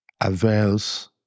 avails